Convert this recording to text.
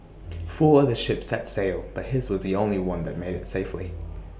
four other ships set sail but his was the only one that made IT safely